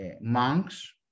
monks